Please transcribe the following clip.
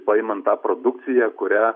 paimant tą produkciją kurią